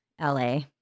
la